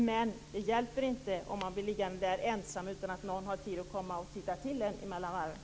Men det hjälper inte om man blir liggande ensam utan att någon har tid att titta till en mellan varven.